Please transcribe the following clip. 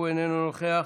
איננו נוכח,